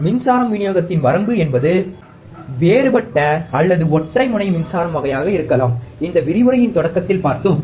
மின்சாரம் விநியோகத்தின் வரம்பு என்பது வேறுபட்ட அல்லது ஒற்றை முனை மின்சாரம் வகையாக இருக்கலாம் இந்த விரிவுரையின் தொடக்கத்தில் பார்த்தோம்